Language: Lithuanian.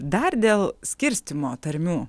dar dėl skirstymo tarmių